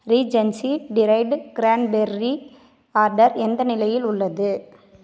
Regency dried cranberry order எந்த நிலையில் உள்ளது